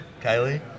Kylie